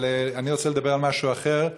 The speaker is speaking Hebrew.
אבל אני רוצה לדבר על משהו אחר,